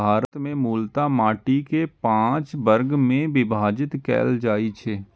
भारत मे मूलतः माटि कें पांच वर्ग मे विभाजित कैल जाइ छै